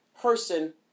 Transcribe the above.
person